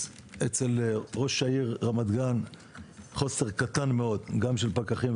אצל ראש העיר רמת גן חוסר קטן מאוד גם של פקחים,